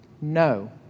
No